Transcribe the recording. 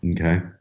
Okay